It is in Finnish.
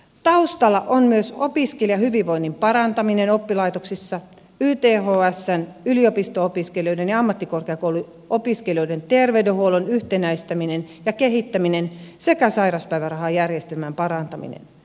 taustalla on myös opiskelijahyvinvoinnin parantaminen oppilaitoksissa ythsn yliopisto opiskelijoiden ja ammattikorkeakouluopiskelijoiden terveydenhuollon yhtenäistäminen ja kehittäminen sekä sairauspäivärahajärjestelmän parantaminen